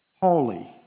holy